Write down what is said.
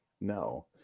no